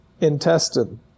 intestine